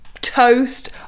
toast